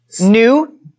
new